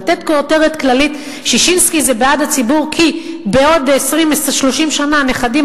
לתת כותרת כללית ששינסקי זה בעד הציבור כי בעוד 20 30 שנה הנכדים,